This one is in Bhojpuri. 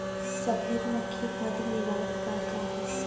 सफेद मक्खी खातिर निवारक उपाय का ह?